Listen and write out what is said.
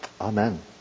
Amen